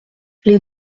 les